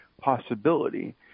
possibility